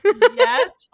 yes